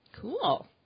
Cool